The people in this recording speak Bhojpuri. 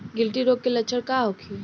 गिल्टी रोग के लक्षण का होखे?